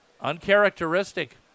Uncharacteristic